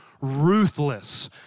ruthless